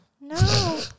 No